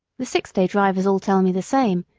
the six-day drivers all tell me the same,